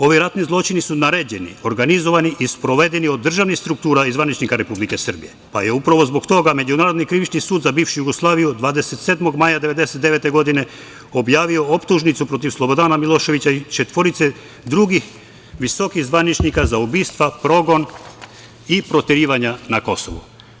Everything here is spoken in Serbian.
Ovi ratni zločini su naređeni, organizovani i sprovedeni od državnih struktura i zvaničnika Republike Srbije, pa je upravo zbog toga Međunarodni krivični sud za bivšu Jugoslaviju 27. maja 1999. godine objavio optužnicu protiv Slobodana Miloševića i četvorice drugih visokih zvaničnika za ubistva, progon i proterivanja na Kosovu.